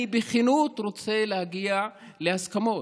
אני בכנות רוצה להגיע להסכמות,